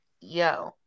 Yo